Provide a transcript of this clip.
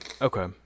okay